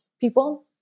people